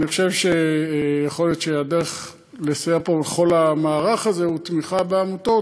אני חושב שיכול להיות שהדרך לסייע פה בכל המערך הזה היא תמיכה בעמותות,